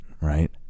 right